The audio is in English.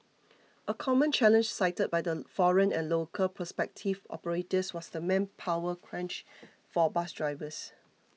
a common challenge cited by the foreign and local prospective operators was the manpower crunch for bus drivers